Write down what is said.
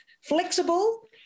flexible